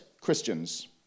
Christians